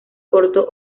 corto